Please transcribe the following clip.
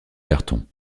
carton